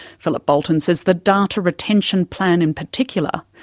philip boulten says the data retention plan in particular,